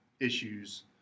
issues